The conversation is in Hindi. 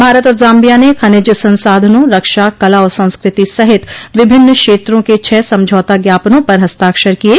भारत और जाम्बिया ने खनिज ससाधनों रक्षा कला और संस्कृति सहित विभिन्न क्षेत्रो के छह समझौता ज्ञापनों पर हस्ताक्षर किये